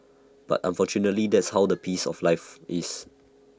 but unfortunately that's how the pace of life is